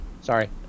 sorry